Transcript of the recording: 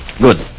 Good